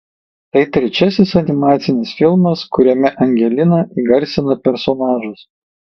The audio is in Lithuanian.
tai trečiasis animacinis filmas kuriame angelina įgarsina personažus